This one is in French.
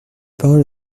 parole